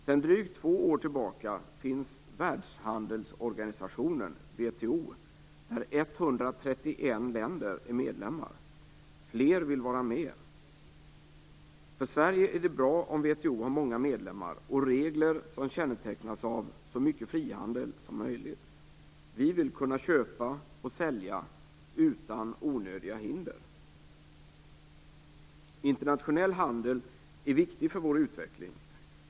Sedan drygt två år tillbaka finns Världshandelsorganisationen, WTO, där 131 länder är medlemmar. Fler vill vara med. För Sverige är det bra om WTO har många medlemmar och regler som kännetecknas av så mycket frihandel som möjligt. Vi vill kunna köpa och sälja utan onödiga hinder. Internationell handel är viktig för vår utveckling.